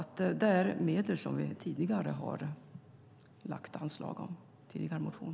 Vi har alltså tidigare anslagit medel till detta i vår budgetmotion.